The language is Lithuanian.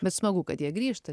bet smagu kad jie grįžta